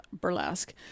burlesque